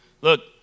Look